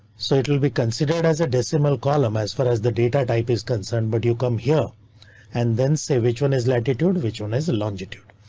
so it will be considered as a decimal column as far as the data type is concerned, but you come here and then say which one is latitude, which one is lanja tude.